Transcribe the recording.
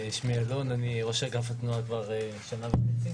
שמי אלון ואני ראש אגף התנועה כבר שנה וחצי.